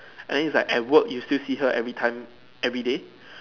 and then it's like at work you still see her every time everyday